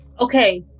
Okay